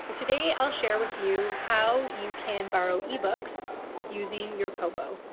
today i'll share with you how you can borrow ebooks using your kobo.